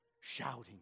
shouting